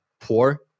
poor